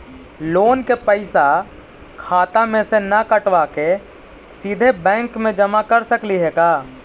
Loan के पैसा खाता मे से न कटवा के सिधे बैंक में जमा कर सकली हे का?